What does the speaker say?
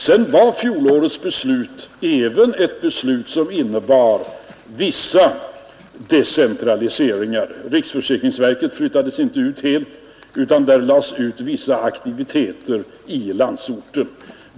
Vidare var fjolårets beslut även ett beslut som innebar vissa decentraliseringar. Riksförsäkringsverket flyttades inte ut helt utan av detta lades vissa aktiviteter i landsorten.